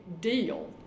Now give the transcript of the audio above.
deal